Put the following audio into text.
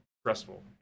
stressful